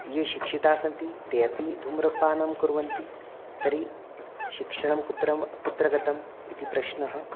ये शिक्षिताः सन्ति ते अपि धूम्रपानं कुर्वन्ति तर्हि शिक्षणं कुत्र कुत्र गतम् इति प्रश्नः